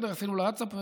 אפילו לווטסאפ.